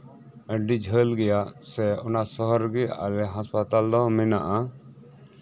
ᱟᱹᱰᱤ ᱡᱷᱟᱹᱞ ᱜᱮᱭᱟ ᱥᱮ ᱚᱱᱟ ᱥᱚᱦᱚᱨ ᱨᱮᱜᱮ ᱦᱟᱥᱯᱟᱛᱟᱞ ᱫᱚ ᱢᱮᱱᱟᱜᱼᱟ